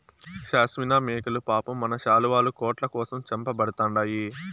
షాస్మినా మేకలు పాపం మన శాలువాలు, కోట్ల కోసం చంపబడతండాయి